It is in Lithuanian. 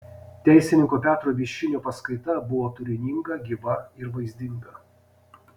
teisininko petro viščinio paskaita buvo turininga gyva ir vaizdinga